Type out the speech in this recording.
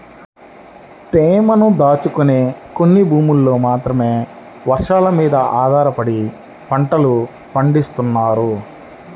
తేమను దాచుకునే కొన్ని భూముల్లో మాత్రమే వర్షాలమీద ఆధారపడి పంటలు పండిత్తన్నారు